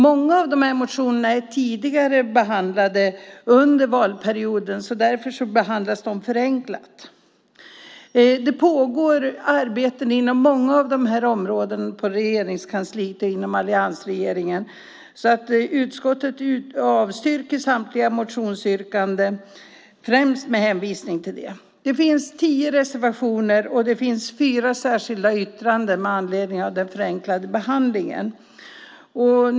Många av de här motionerna är tidigare behandlade under valperioden. Därför behandlas de förenklat. Det pågår arbeten inom många av de här områdena på Regeringskansliet och inom alliansregeringen. Utskottet avstyrker samtliga motionsyrkanden främst med hänvisning till det. Det finns tio reservationer och fyra särskilda yttranden med anledning av den förenklade behandlingen.